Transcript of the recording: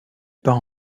part